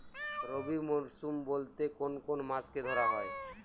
রবি মরশুম বলতে কোন কোন মাসকে ধরা হয়?